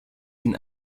ihnen